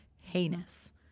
heinous